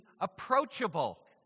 approachable